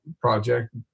project